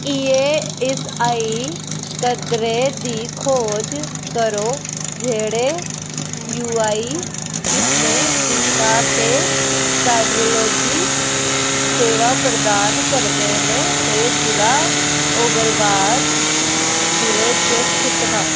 E S I कदरें दी खोज करो जेह्ड़े यू आई किसमा दे न ते कार्डिआलोजी सेवा प्रदान करदे न ते जि'ला ओग्रबाद जि'ले च स्थित न